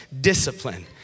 Discipline